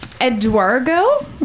Eduardo